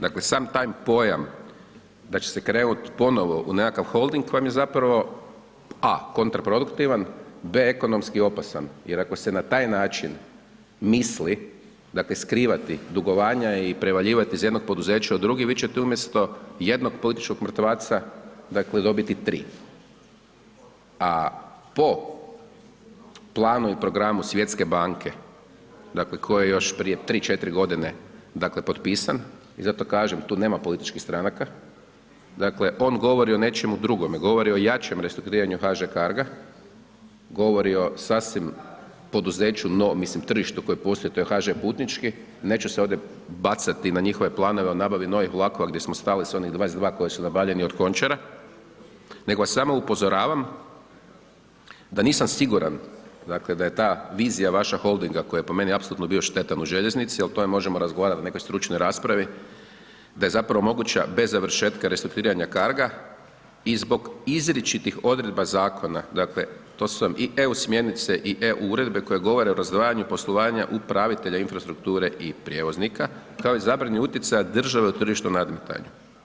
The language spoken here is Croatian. Dakle, sam taj pojam da će se krenut ponovo u nekakav holding vam je zapravo a)kontraproduktivan, b)ekonomski opasan, jer ako se na taj način misli, dakle, skrivati dugovanja i prevaljivati iz jednog poduzeća u drugi, vi ćete umjesto jednog političkog mrtvaca, dakle, dobiti 3, a po planu i programu Svjetske banke, dakle, koji je još prije 3, 4.g., dakle, potpisan i zato kažem, tu nema političkih stranaka, dakle, on govori o nečemu drugome, govori o jačem restrukturiranju HŽ Carga, govori o sasvim poduzeću, no mislim tržištu koje postoji, to je HŽ putnički, neću se ovdje bacati na njihove planove o nabavi novih vlakova gdje smo stali s onih 22 koji su nabavljeni od Končara, nego vas samo upozoravam da nisam siguran, dakle, da je ta vizija vaša holdinga, koja je po meni apsolutno bio štetan u željeznici, al to je možemo razgovarati o nekoj stručnoj raspravi, da je zapravo moguća bez završetka restrukturiranja Carga i zbog izričitih odredba zakona, dakle, to su vam i EU smjernice i EU uredbe koje govore o razdvajanju poslovanja upravitelja infrastrukture i prijevoznika, kao i zabrani utjecaja države u tržištu nadmetanja.